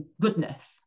goodness